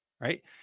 right